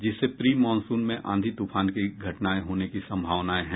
जिससे pre monsoon में आंधी तूफान की घटनाएं होने की संभावनाए हैं